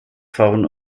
vorn